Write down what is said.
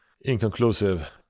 inconclusive